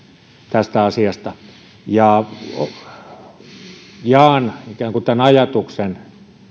tästä asiasta jaan ikään kuin tämän ajatuksen